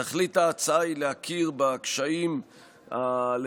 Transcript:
תכלית ההצעה היא להכיר בקשיים האובייקטיביים,